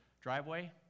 driveway